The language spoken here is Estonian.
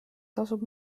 tasub